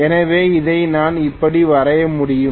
எனவே இதை நான் இப்படி வரைய முடியும்